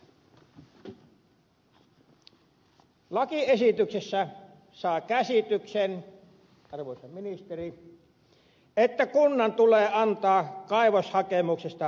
lakiesityksestä saa käsityksen arvoisa ministeri että kunnan tulee antaa kaivoshakemuksesta lausunto